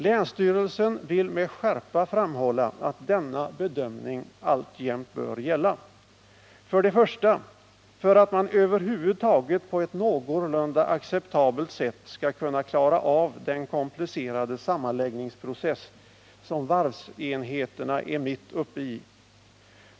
Länsstyrelsen vill med skärpa framhålla att denna bedömning alltjämt bör gälla. För det första för att man över huvud taget på ett någorlunda acceptabelt sätt skall kunna klara av den komplicerade sammanläggningsprocess som varvsenheterna är mitt uppe i.